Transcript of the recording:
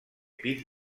pis